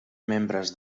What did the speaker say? membres